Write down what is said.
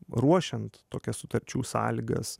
ruošiant tokias sutarčių sąlygas